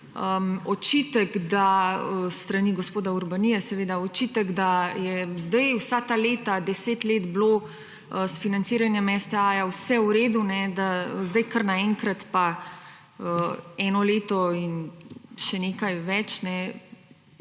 očitek s strani gospoda Urbanije seveda očitek, da je sedaj vsa ta leta, 10 let bilo s financiranjem STA vse v redu, da sedaj kar na enkrat eno leto in še nekaj več je